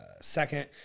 second